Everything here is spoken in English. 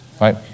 Right